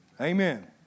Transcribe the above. Amen